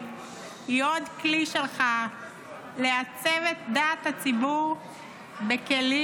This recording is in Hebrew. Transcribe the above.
היא עוד כלי שלך לעצב את דעת הציבור בכלים